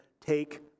Take